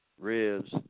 ribs